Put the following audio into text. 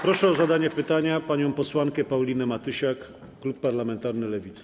Proszę o zadanie pytania panią posłankę Paulinę Matysiak, klub parlamentarny Lewica.